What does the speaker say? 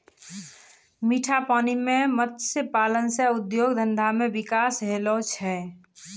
मीठा पानी मे मत्स्य पालन से उद्योग धंधा मे बिकास होलो छै